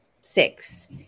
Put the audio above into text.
six